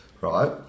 right